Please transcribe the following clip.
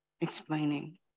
explaining